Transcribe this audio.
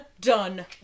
done